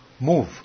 move